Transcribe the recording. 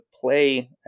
play